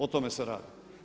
O tome se radi.